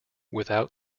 without